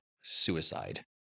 suicide